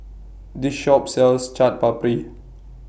This Shop sells Chaat Papri